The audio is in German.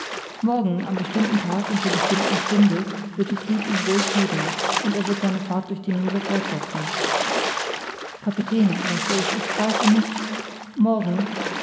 morgen am bestimmten tag und zur bestimmten stunde wird die fluth ihn ruhig heben und er wird seine fahrt durch die meere fortsetzen kapitän sagte ich ich zweifle nicht morgen